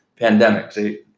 pandemics